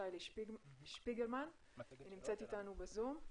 שי-לי שפיגלמן שנמצאת איתנו בזום.